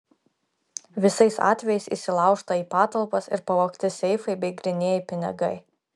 visais atvejais įsilaužta į patalpas ir pavogti seifai bei grynieji pinigai